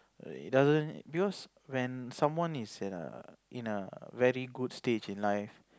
eh it doesn't because when someone is at a in a very good stage in life